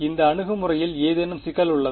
இந்த அணுகுமுறையில் ஏதேனும் சிக்கல் உள்ளதா